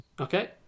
Okay